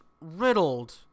riddled